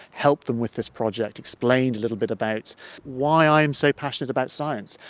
helped them with this project, explained a little bit about why i am so passionate about science,